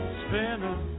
spinning